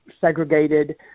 segregated